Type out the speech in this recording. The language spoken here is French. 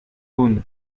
round